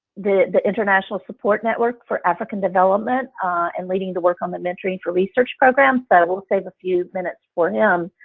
the the international support network for african development and leading the work on the mentoring for research program so we'll save a few minutes for him.